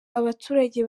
abaturage